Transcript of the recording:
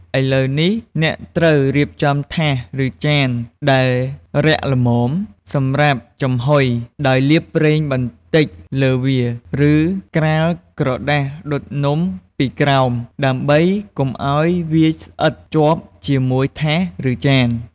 ឥឡូវនេះ អ្នកត្រូវរៀបចំថាស ឬចានដែលរាក់ល្មមសម្រាប់ចំហុយ ដោយលាបប្រេងបន្តិចលើវា ឬក្រាលក្រដាសដុតនំពីក្រោម ដើម្បីកុំឱ្យវាស្អិតជាប់ជាមួយថាស ឬ ចាន។